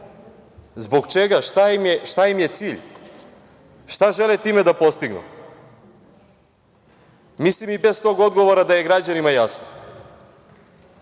Zbog čega, šta im je cilj? Šta žele time da postignu? Mislim i bez tog odgovora da je građanima jasno. Ovo